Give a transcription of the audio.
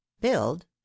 build